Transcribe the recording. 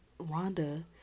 Rhonda